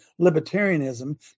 libertarianism